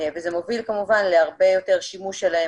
וזה מוביל כמובן להרבה יותר שימוש שלהם